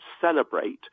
celebrate